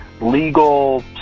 legal